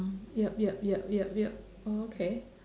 yup yup yup yup yup oh okay